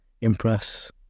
impress